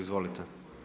Izvolite.